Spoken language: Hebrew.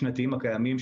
הקיימים.